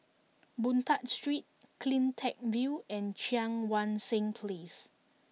Boon Tat Street Cleantech View and Cheang Wan Seng Place